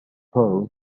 pro